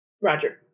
Roger